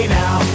now